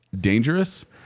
dangerous